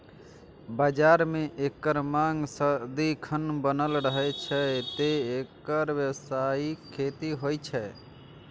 बाजार मे एकर मांग सदिखन बनल रहै छै, तें एकर व्यावसायिक खेती होइ छै